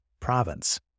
province